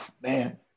man